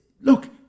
Look